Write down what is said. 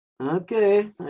Okay